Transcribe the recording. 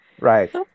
right